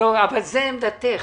זאת עמדתך.